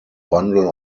bundle